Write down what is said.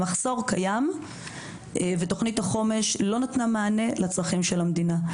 המחסור קיים ותוכנית החומש לא נתנה מענה לצרכים של המדינה.